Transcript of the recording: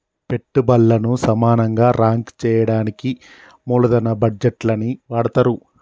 పెట్టుబల్లను సమానంగా రాంక్ చెయ్యడానికి మూలదన బడ్జేట్లని వాడతరు